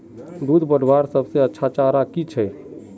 दूध बढ़वार सबसे अच्छा चारा की छे?